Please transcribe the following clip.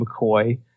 mccoy